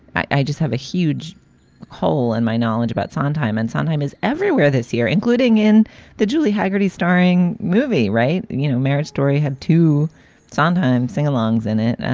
i just have a huge hole. and my knowledge about sondheim and sondheim is everywhere this year, including in the julie hagerty starring movie. right. you know, marriage story had to sondheim singalongs in it.